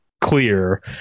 clear